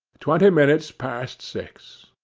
twenty minutes past six.